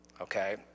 okay